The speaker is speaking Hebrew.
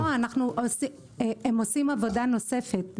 לא, הם עושים עבודה נוספת.